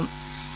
சரி